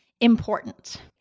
important